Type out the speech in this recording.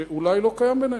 שאולי לא קיים בינינו,